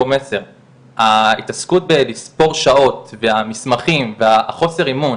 ההתעסקות בלספור שעות, והמסמכים, והחוסר אמון,